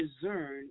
discern